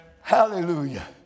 Hallelujah